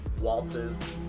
waltzes